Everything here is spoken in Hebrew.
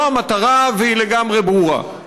זו המטרה, והיא לגמרי ברורה.